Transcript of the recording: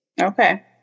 Okay